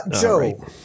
Joe